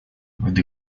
ввиду